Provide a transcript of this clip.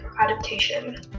adaptation